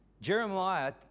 Jeremiah